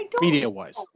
Media-wise